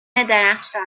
درخشان